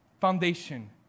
foundation